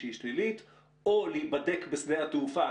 או להיבדק בשדה התעופה,